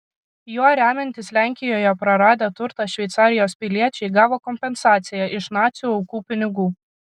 juo remiantis lenkijoje praradę turtą šveicarijos piliečiai gavo kompensaciją iš nacių aukų pinigų